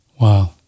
Wow